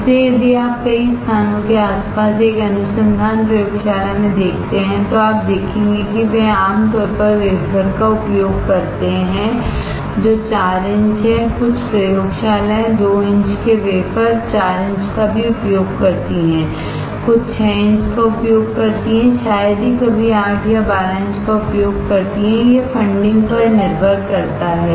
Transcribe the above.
इसलिए यदि आप कई स्थानों के आसपास एक अनुसंधान प्रयोगशाला में देखते हैं तो आप देखेंगे कि वे आमतौर पर वेफर का उपयोग करते हैं जो 4 इंच है कुछ प्रयोगशालाएं 2 इंच के वेफर 4 इंच का भी उपयोग करती हैं कुछ 6 इंच का उपयोग करती हैं शायद ही कभी 8 या 12 इंच का उपयोग करती हैं यह फंडिंग पर निर्भर करता है